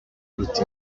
iruta